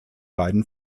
beiden